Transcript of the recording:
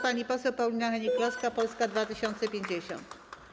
Pani poseł Paulina Hennig-Kloska, Polska 2050.